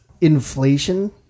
inflation